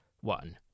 one